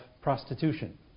prostitution